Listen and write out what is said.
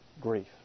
grief